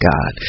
God